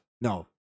No